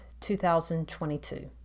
2022